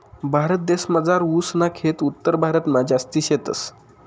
भारतदेसमझार ऊस ना खेत उत्तरभारतमा जास्ती शेतस